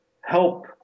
help